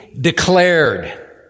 declared